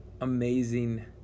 amazing